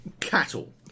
cattle